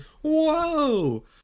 Whoa